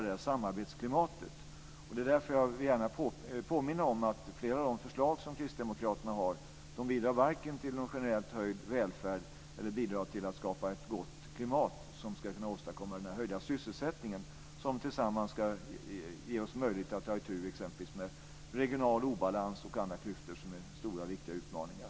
Därför vill jag gärna påminna om att flera av de förslag som kristdemokraterna har varken bidrar till någon generellt höjd välfärd eller till att skapa ett gott klimat som ska kunna åstadkomma den höjda sysselsättning som ska ge oss möjligheter att ta itu exempelvis med regional obalans och andra klyftor som är stora och viktiga utmaningar.